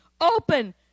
Open